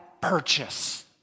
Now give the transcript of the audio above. purchase